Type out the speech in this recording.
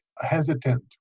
Hesitant